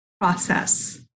process